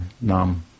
nam